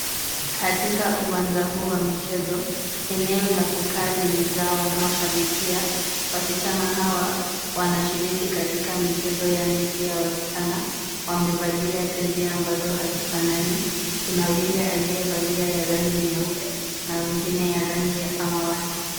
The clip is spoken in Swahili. Katika uwanja huu wa michezo, eneo la kukaa limejaa wanaoshabikia. Wasichana hawa, wanashiriki katika michezo ya neti ya wasichana. Wamevalia jezi ambazo hazifanani. Kuna yule aliyevalia ya rangi nyeupe na wengine ya rangi ya samawati.